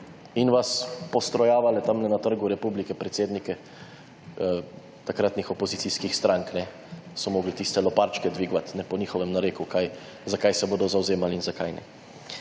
in vas postrojavale tam na Trgu republike predsednike takratnih opozicijskih strank so mogli tiste loparčke dvigovati po njihovem nareku, zakaj se bodo zavzemali in za kaj ne.